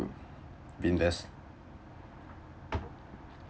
invest